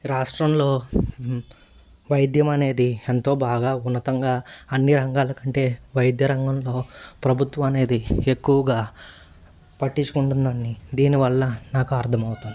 రాష్ట్రంలో వైద్యం అనేది ఎంతో బాగా ఉన్నతంగా అన్ని రంగాల కంటే వైద్య రంగంలో ప్రభుత్వం అనేది ఎక్కువగా పట్టించుకుంటుందని దీనివల్ల నాకు అర్థమవుతుంది